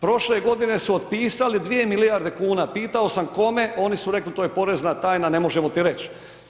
Prošle godine su otpisali 2 milijarde kuna, pitao sam kome, oni su rekli to je porezna tajna ne možemo ti reć.